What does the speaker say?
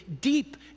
deep